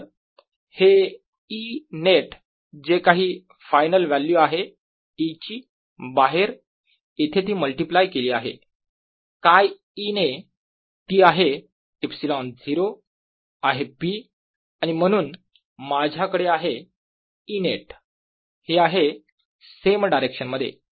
तर हे e net जे काही फायनल व्हॅल्यू आहे E ची बाहेर इथे ती मल्टिप्लाय केली आहे 𝛘e ने ती आहे ε0 आहे P आणि म्हणून माझ्याकडे आहे e net हे आहे सेम डायरेक्शन मध्ये